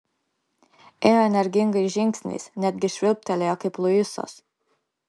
ėjo energingais žingsniais netgi švilptelėjo kaip luisas